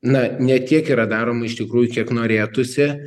na ne tiek yra daroma iš tikrųjų kiek norėtųsi